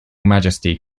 majesty